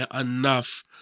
enough